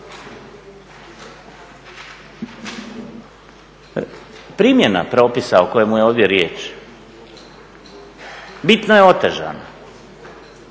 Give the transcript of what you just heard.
Primjena propisa o kojemu je ovdje riječ bitno je otežana.